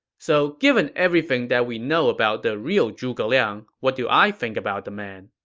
so, given everything that we know about the real zhuge liang, what do i think about the man?